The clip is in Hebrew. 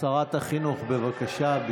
שרת החינוך, בבקשה.